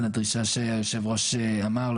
לדרישה שיושב הראש אמר,